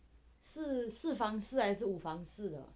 是四房式还是五房式的